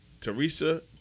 Teresa